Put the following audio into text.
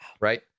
right